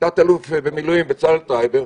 תת אלוף במילואים בצלאל טרייבר.